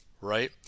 right